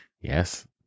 Yes